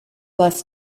bless